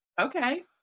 Okay